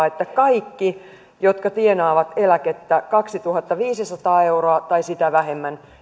että kaikkien jotka tienaavat eläkettä kaksituhattaviisisataa euroa tai sitä vähemmän